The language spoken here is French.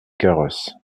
carros